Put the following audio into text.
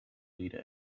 leader